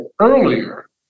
earlier